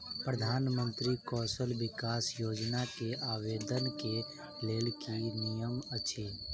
प्रधानमंत्री कौशल विकास योजना केँ आवेदन केँ लेल की नियम अछि?